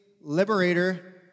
liberator